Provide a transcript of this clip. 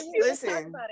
Listen